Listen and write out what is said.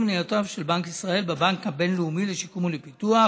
מניותיו של בנק ישראל בבנק הבין-לאומי לשיקום ולפיתוח,